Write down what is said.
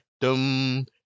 Dum